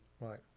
Right